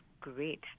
great